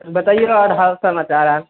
बतैऔ आओर हाल समाचार आओर